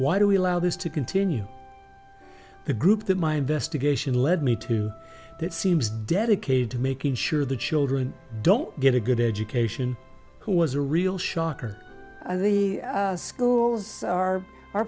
why do we allow this to continue the group that my investigation led me to that seems dedicated to making sure the children don't get a good education who was a real shocker the schools are are